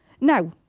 Now